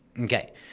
Okay